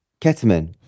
ketamine